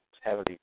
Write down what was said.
heavily